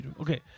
Okay